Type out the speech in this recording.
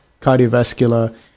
cardiovascular